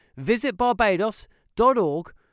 visitbarbados.org